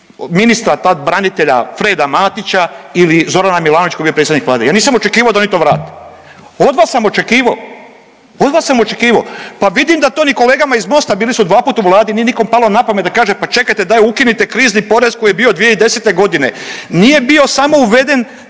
ministra tad branitelja Freda Matića ili Zorana Milanovića koji je bio predsjednik vlade. Ja nisam očekivao da oni to vrate. Od vas sam očekivao. Od vas sam očekivao, pa vidim da to ni kolegama iz MOST-a, bili su 2 put u vladi nije nikom palo na pamet da kaže pa čekajte daj ukinite krizni porez koji je bio 2010. godine. Nije bio samo uveden